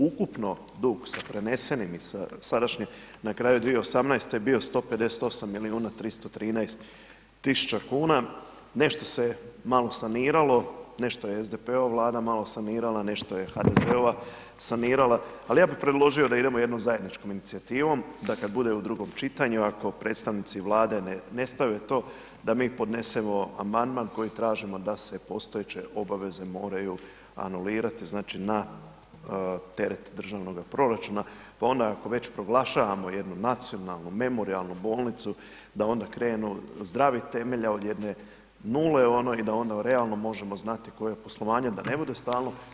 Ukupno dug sa prenesenim i sadašnjih, na kraju 2018. je bio 158 milijuna 313 tisuća kuna, nešto se malo saniralo, nešto je SDP-ova Vlada malo sanirala, nešto je HDZ-ova sanirala ali ja bih predložio da idemo jednom zajedničkom inicijativom da kad bude u drugom čitanju ako predstavnici Vlade ne stave to da mi podnesemo amandman koji tražimo da se postojeće obaveze moraju anulirati znači na teret državnoga proračuna pa onda ako već proglašavamo jednu nacionalnu, memorijalnu bolnicu da onda krenu zdravi temelji od jedne nule i da onda realno možemo dati koje poslovanje da ne bude stalno.